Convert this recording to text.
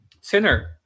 Sinner